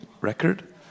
record